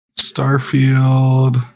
Starfield